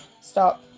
stop